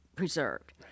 Preserved